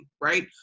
right